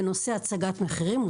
בנושא הצגת מחירים,